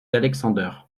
alexander